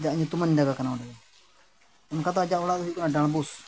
ᱟᱭᱟᱡ ᱧᱩᱛᱩᱢᱟᱱ ᱡᱟᱭᱜᱟ ᱠᱟᱱᱟ ᱚᱸᱰᱮ ᱫᱚ ᱚᱱᱠᱟ ᱫᱚ ᱟᱭᱟᱡ ᱚᱲᱟᱜ ᱫᱚ ᱦᱩᱭᱩᱜ ᱠᱟᱱᱟ ᱰᱟᱰᱵᱩᱥ